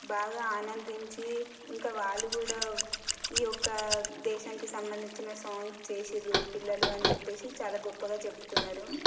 బాగా ఆనందించి ఇంకా వాళ్ళు కూడా ఈ ఒక్క దేశానికి సంబంధించిన సాంగ్స్ చేసారు పిల్లలు అని చెప్పేసి చాలా గొప్పగా చెప్పుకున్నారు